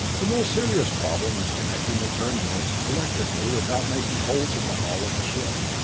the most serious problem was connecting the terminals electrically without making holes in the hull of the ship.